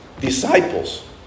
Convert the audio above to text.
Disciples